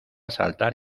saltar